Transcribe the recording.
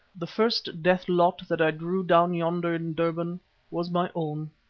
the first death lot that i drew down yonder in durban was my own.